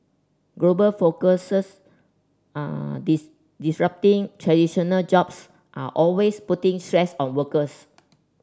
global focuses disrupting traditional jobs are always putting stress on workers